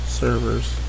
servers